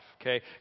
okay